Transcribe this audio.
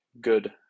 good